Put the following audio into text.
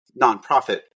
nonprofit